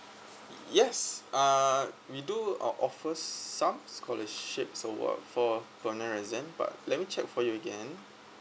yes uh we do uh offers some scholarship award for permanent residents but let me check for you again